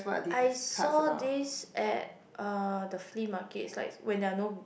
I saw this at uh the flea market it's like when there're no